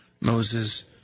Moses